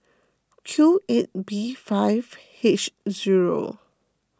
Q eight B five H zero